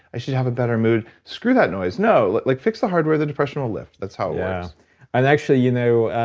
i should have a better mood. screw that noise, no. like like fix the hardware, the depression will lift. that's how it yeah works. and actually you know,